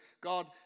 God